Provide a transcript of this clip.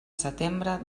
setembre